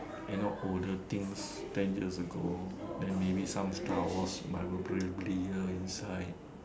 you know older things ten years ago then maybe some Star Wars Leia inside